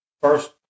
first